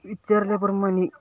विचारल्या प्रमाणे